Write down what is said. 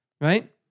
right